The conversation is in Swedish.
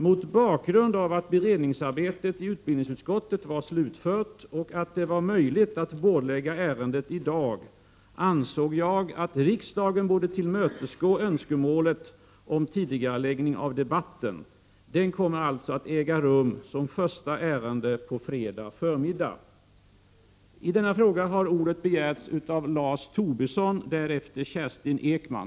Mot bakgrund av att beredningsarbetet i utbildningsutskottet var slutfört och att det var möjligt att bordlägga ärendet i dag ansåg jag att riksdagen borde tillmötesgå önskemålet om en tidigareläggning av debatten. Den kommer alltså att äga rum som första ärende på fredag förmiddag. I denna fråga har ordet begärts först av Lars Tobisson och därefter av Kerstin Ekman.